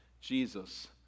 Jesus